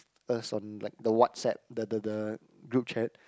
us on like the WhatsApp the the the group chat